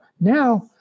Now